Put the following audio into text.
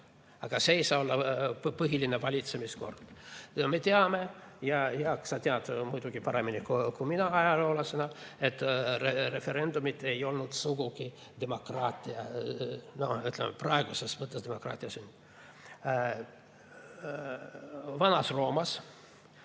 aga see ei saa olla põhiline valitsemiskord. Me teame, ja Jaak, sa tead muidugi paremini kui mina, ajaloolasena, et referendumid ei olnud sugugi praeguses mõttes demokraatia sünd. Vanas Roomas,